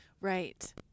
Right